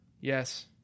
Yes